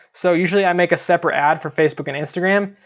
so usually i make a separate ad for facebook and instagram.